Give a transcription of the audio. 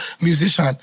musician